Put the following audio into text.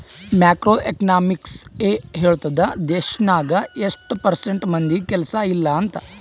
macro economics ಎ ಹೇಳ್ತುದ್ ದೇಶ್ನಾಗ್ ಎಸ್ಟ್ ಪರ್ಸೆಂಟ್ ಮಂದಿಗ್ ಕೆಲ್ಸಾ ಇಲ್ಲ ಅಂತ